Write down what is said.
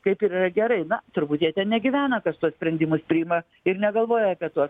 kaip ir yra gerai na turbūt jie ten negyvena kas tuos sprendimus priima ir negalvoja apie tuos